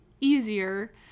easier